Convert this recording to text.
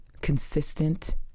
consistent